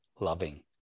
loving